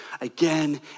again